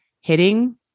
hitting